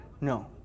No